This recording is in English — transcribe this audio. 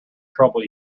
trouble